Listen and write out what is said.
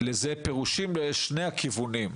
לזה פירושים בשני הכיוונים,